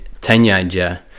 teenager